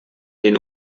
den